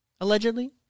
allegedly